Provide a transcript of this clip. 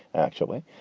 actually.